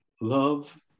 love